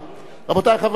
רבותי חברי הכנסת,